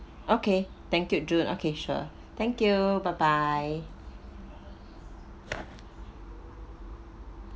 okay thank you jun okay sure thank you bye bye